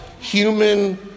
human